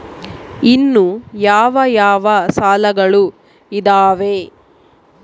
ಇನ್ನು ಯಾವ ಯಾವ ಸಾಲಗಳು ಇದಾವೆ?